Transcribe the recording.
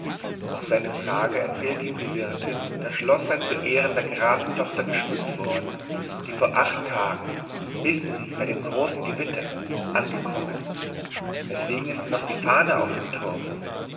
auf seine frage erzählte ihm die wirtin das schloß sei zu ehren der grafentochter geschmückt worden die vor acht tagen wissen sie bei dem großen gewitter angekommen weswegen ist denn noch die fahne auf dem turm